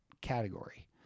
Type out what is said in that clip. category